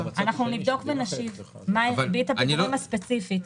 נבדוק ונשיב מה היא ריבית הפיגורים הספציפית.